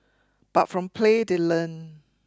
but from play they learn